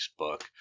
Facebook